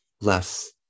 less